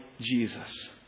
Jesus